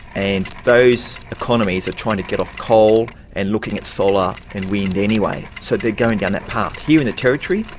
and those economies are trying to get off coal, and looking at solar and wind anyway. so they're going down that path. here in the territory,